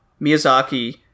Miyazaki